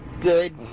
good